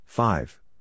Five